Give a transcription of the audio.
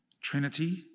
Trinity